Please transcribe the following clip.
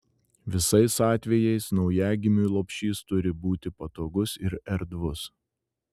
visais atvejais naujagimiui lopšys turi būti patogus ir erdvus